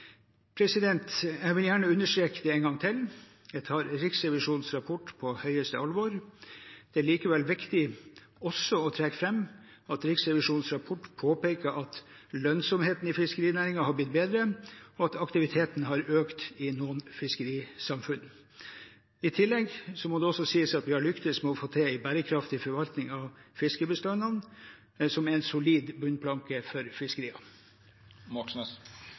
Jeg vil gjerne understreke en gang til at jeg tar Riksrevisjonens rapport på største alvor. Det er likevel viktig å trekke fram at Riksrevisjonens rapport også påpeker at lønnsomheten i fiskerinæringen har blitt bedre, og at aktiviteten har økt i noen fiskerisamfunn. Det må også sies at vi har lyktes med å få til en bærekraftig forvaltning av fiskebestandene, som er en solid bunnplanke for